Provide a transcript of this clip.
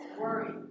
worry